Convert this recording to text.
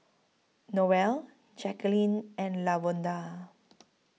Noelle Jaqueline and Lavonda